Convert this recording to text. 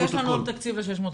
אז יש לנו תקציב ל-650.